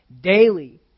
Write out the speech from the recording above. daily